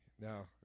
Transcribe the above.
Now